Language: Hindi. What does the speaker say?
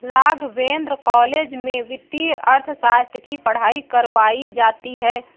राघवेंद्र कॉलेज में वित्तीय अर्थशास्त्र की पढ़ाई करवायी जाती है